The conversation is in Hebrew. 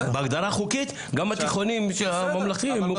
בהגדרה החוקית, גם התיכונים הממלכתיים.